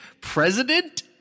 president